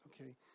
okay